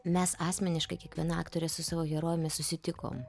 mes asmeniškai kiekviena aktorė su savo herojumi susitikom